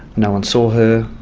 no one saw her.